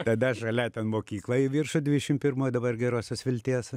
tada žalia ten mokykla į viršų dvidešimt pirmojo dabar gerosios vilties